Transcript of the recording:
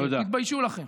תתביישו לכם.